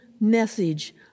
message